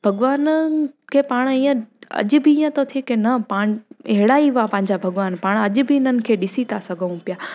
भॻवाननि खे पाण ईअं अॼु बि ईअं थो थिए की न पा अहिड़ा ई हुआ पंहिंजा भॻवानु पाण बि इन्हनि खे ॾिसी था सघूं पिया